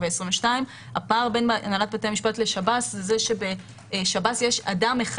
2022. הפער בין הנהלת בתי המשפט לשב"ס בשב"ס יש אדם אחד